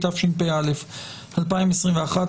התשפ"א 2021,